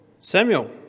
Samuel